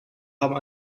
haben